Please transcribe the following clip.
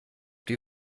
die